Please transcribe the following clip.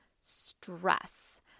stress